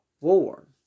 war